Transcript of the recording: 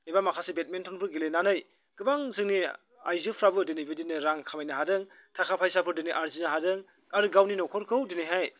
एबा माखासे बेटमिन्टनफोर गेलेनानै गोबां जोंनि आइजोफ्राबो दिनै बिदिनो रां खामायनो हादों थाखा फैसाखौ दिनै आरजिनो हादों आरो गावनि न'खरखौ दिनैहाय